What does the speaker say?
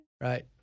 Right